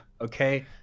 okay